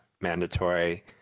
mandatory